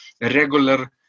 regular